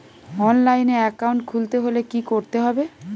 অনলাইনে একাউন্ট খুলতে হলে কি করতে হবে?